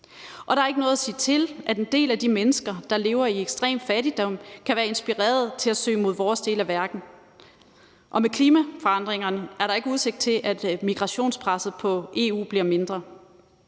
Og der er ikke noget sige til, at en del af de mennesker, der lever i ekstrem fattigdom, kan være inspireret til at søge mod vores del af verden, og med klimaforandringerne er der ikke udsigt til, at migrationspresset på EU bliver mindre.